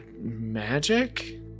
Magic